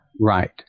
Right